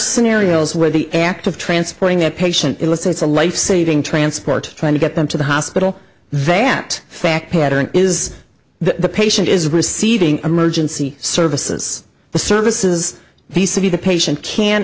scenarios where the act of transporting a patient elicits a lifesaving transport trying to get them to the hospital that fact pattern is the patient is receiving emergency services the services the city the patient can